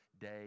day